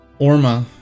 Orma